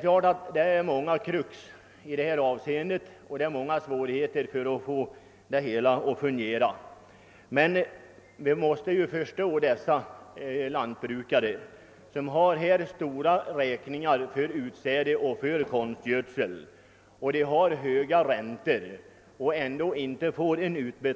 Givetvis måste många svårigheter övervinnas innan hela systemet fungerar riktigt, men man måste förstå situationen för de lantbrukare som har haft höga räntor att betala och stora kostnader för konstgödsel och utsäde, men som inte får någon ersättning